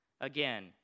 Again